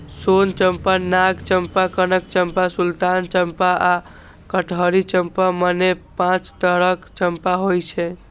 सोन चंपा, नाग चंपा, कनक चंपा, सुल्तान चंपा आ कटहरी चंपा, मने पांच तरहक चंपा होइ छै